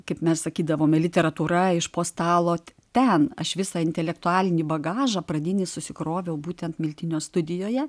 kaip mes sakydavom literatūra iš po stalo ten aš visą intelektualinį bagažą pradinį susikroviau būtent miltinio studijoje